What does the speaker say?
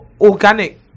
organic